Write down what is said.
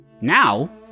now